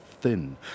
thin